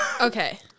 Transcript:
Okay